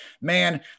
man